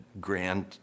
grand